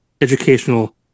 educational